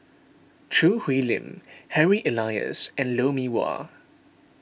Choo Hwee Lim Harry Elias and Lou Mee Wah